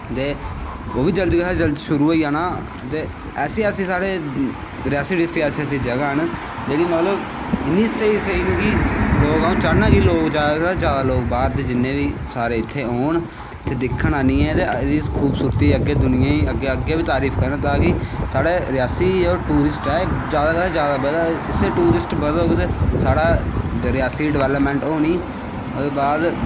ते ओह् बी जल्दी शा जल्दी शुरु होई जाना ते ऐसी ऐसी साढ़े रियासी डिस्टिक ऐसी जगांह् न जेह्ड़ी मतलव इन्नी स्हेई स्हेई न कि लोग अऊं चहाना कि जादा शा जादा बाह्र दे बी सारे इत्थें औन ते दिक्खन आनियै खूबसूरती अग्गैं दुनियां गी अग्गैं बी तारीफ करन ताकि साढ़े रियासी टूरिस्ट आए जादा शा जादा बदै टूरिस्ट बधग ते साढ़ै रियासी डवैल्पमैंट होनी ओह्दे बाद